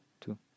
two